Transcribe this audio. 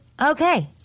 okay